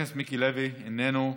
חבר הכנסת מיקי לוי, איננו,